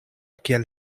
kiel